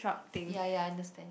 yea yea I understand